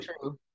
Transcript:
true